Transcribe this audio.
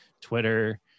twitter